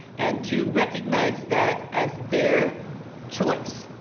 and to recognize that as their choice.